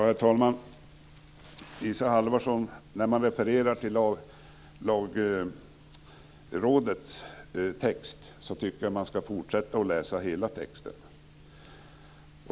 Herr talman! När man refererar till Lagrådets text, Isa Halvarsson, tycker jag att man skall läsa hela texten.